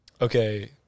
Okay